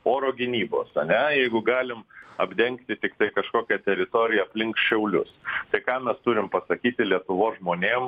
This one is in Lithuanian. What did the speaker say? oro gynybos ane jeigu galim apdengti tiktai kažkokią teritoriją aplink šiaulius tai ką mes turim pasakyti lietuvos žmonėm